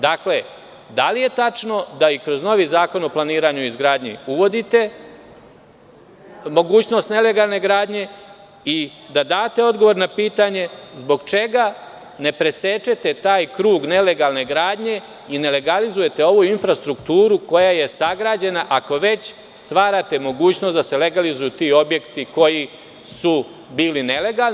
Dakle, da li je tačno da i kroz novi Zakon o planiranju i izgradnji uvodite mogućnost nelegalne gradnje i da date odgovor na pitanje - zbog čega ne presečete taj krug nelegalne gradnje i nelegalizujete ovu infrastrukturu koja je sagrađena, ako već stvarate mogućnost da se legalizuju ti objekti koji su bili nelegalni?